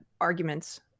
arguments